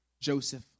joseph